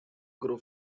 group